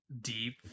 deep